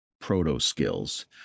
proto-skills